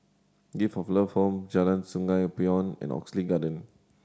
Gift of Love Home Jalan Sungei Poyan and Oxley Garden